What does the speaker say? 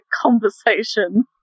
conversation